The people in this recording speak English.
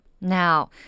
Now